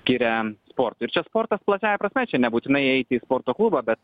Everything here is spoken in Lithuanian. skiria sportui ir čia sportas plačiąja prasme čia nebūtinai eiti į sporto klubą bet